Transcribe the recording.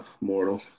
mortal